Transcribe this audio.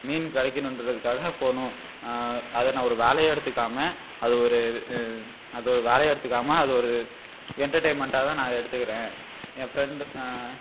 மீன் கிடைக்கணுன்றக்காக போனோம் அத நான் ஒரு வேலையாக எடுத்துக்காமல் அதை ஒரு அதை வேலையாக எடுத்துக்காமல் அதை ஒரு என்டர்டெய்ன்மென்டாதான் நான் அதை எடுத்துக்கறன் என் ஃப்ரெண்ட்